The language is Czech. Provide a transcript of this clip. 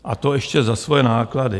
A to ještě za svoje náklady.